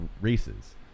races